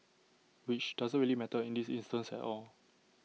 which doesn't really matter in this instance at all